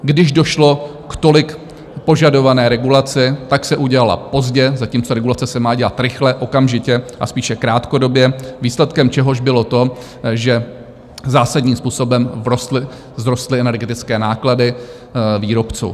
Když došlo k tolik požadované regulaci, tak se udělala pozdě zatímco regulace se má dělat rychle, okamžitě a spíše krátkodobě výsledkem čehož bylo to, že zásadním způsobem vzrostly energetické náklady výrobců.